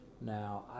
Now